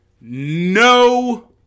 no